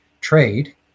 trade